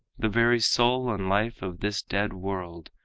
the very soul and life of this dead world,